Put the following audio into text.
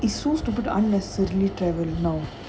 it so stupid to unnecessarily travel now